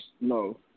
No